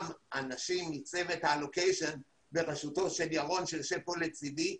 גם אנשים מצוות ה-לוקיישן בראשותו של ירון שיושב כאן לצדי,